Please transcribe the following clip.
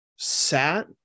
Sat